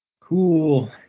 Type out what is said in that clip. Cool